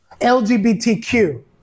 LGBTQ